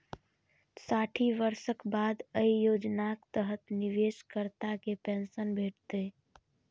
साठि वर्षक बाद अय योजनाक तहत निवेशकर्ता कें पेंशन भेटतै